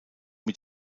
mit